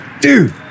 dude